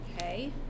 Okay